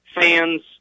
fans